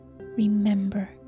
remember